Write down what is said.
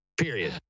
Period